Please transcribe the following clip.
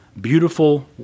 beautiful